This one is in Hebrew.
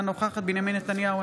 אינה נוכחת בנימין נתניהו,